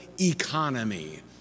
economy